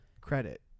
Credit